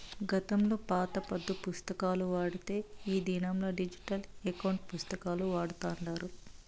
గతంలో పాత పద్దు పుస్తకాలు వాడితే ఈ దినంలా డిజిటల్ ఎకౌంటు పుస్తకాలు వాడతాండారు